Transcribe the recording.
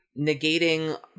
negating